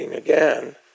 again